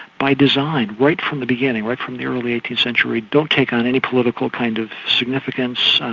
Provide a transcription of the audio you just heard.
by design, right from the beginning, right from the early eighteenth century, don't take on any political kind of significant. so